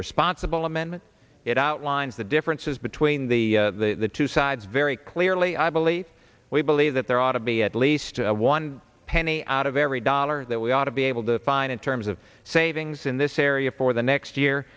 responsible amendment it outlines the differences between the two sides very clearly i believe we believe that there ought to be at least one penny out of every dollar that we ought to be able to find in terms of savings in this area for the next year